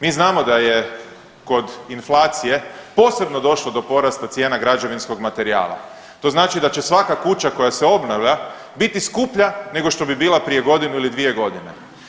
Mi znamo da je kod inflacije posebno došlo do porasta cijena građevinskog materijala, to znači da će svaka kuća koja se obnavlja biti skuplja nego što bi bila prije godinu ili dvije godine.